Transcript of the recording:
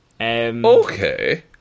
Okay